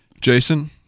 Jason